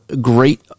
great